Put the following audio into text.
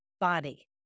body